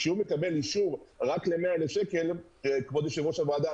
כשהוא מקבל אישור רק ל-100,000 שקל כבוד יו"ר הוועדה,